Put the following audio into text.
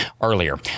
earlier